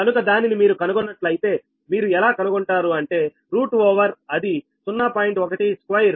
కనుక దానిని మీరు కనుగొన్నట్లు అయితేమీరు ఎలా కనుగొంటారు అంటే రూట్ ఓవర్ అది 0